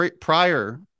prior